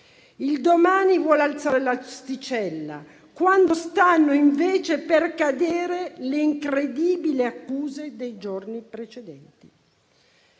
Il «Domani» vuole alzare l'asticella, quando stanno invece per cadere le incredibili accuse dei giorni precedenti.